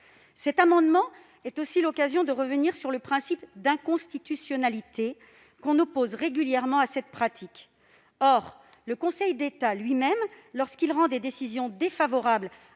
Cet amendement m'offre aussi l'occasion de revenir sur le reproche d'inconstitutionnalité que l'on oppose régulièrement à cette pratique. Le Conseil d'État lui-même, lorsqu'il rend des décisions défavorables